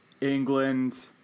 England